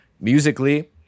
musically